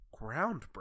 groundbreaking